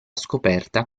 scoperta